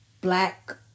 Black